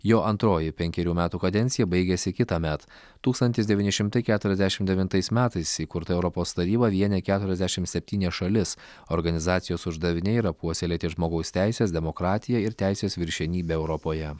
jo antroji penkerių metų kadencija baigiasi kitąmet tūkstantis devyni šimtai keturiasdešimt devintais metais įkurta europos taryba vienija keturiasdešimt septynias šalis organizacijos uždaviniai yra puoselėti žmogaus teises demokratiją ir teisės viršenybę europoje